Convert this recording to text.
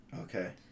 Okay